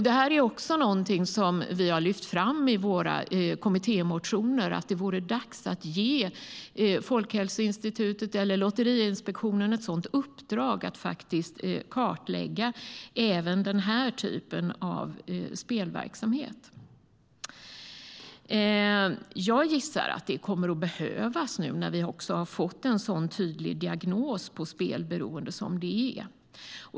Det är också någonting som vi har lyft fram i våra kommittémotioner; det vore dags att ge Folkhälsoinstitutet eller Lotteriinspektionen ett uppdrag att kartlägga även den här typen av spelverksamhet. Jag gissar att det kommer att behövas nu när vi har fått en sådan tydlig diagnos på spelberoende som detta är.